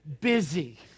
busy